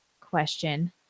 question